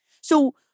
So-